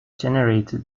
generated